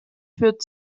führt